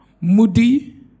moody